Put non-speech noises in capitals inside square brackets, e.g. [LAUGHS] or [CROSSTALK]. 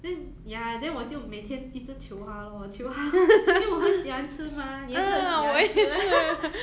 then ya then 我就每天一直求他 lor 求他因为我很喜欢吃 mah 你也是很喜欢吃 [LAUGHS]